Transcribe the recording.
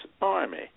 Army